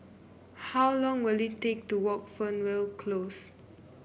how long will it take to walk Fernvale Close